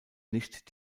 nicht